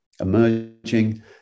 emerging